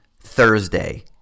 Thursday